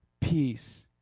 Peace